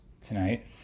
tonight